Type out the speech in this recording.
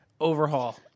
overhaul